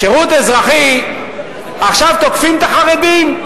שירות אזרחי, עכשיו תוקפים את החרדים.